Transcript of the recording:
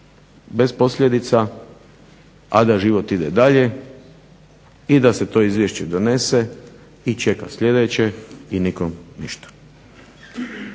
bez posljedica, a da život ide dalje i da se to izvješće donese i čeka sljedeće i nikom ništa.